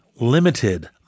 limited